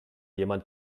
jemand